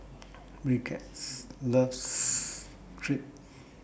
Brigitte loves Crepe